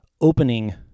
opening